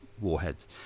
warheads